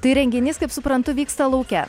tai renginys kaip suprantu vyksta lauke